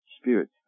spirit